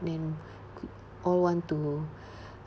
then cou~ all want to